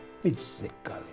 physically